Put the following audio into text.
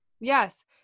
Yes